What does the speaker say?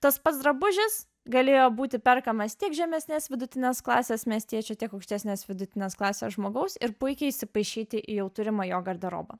tas pats drabužis galėjo būti perkamas tiek žemesnės vidutinės klasės miestiečių tiek aukštesnės vidutinės klasės žmogaus ir puikiai įsipaišyti į jau turimą jo garderobą